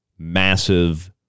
massive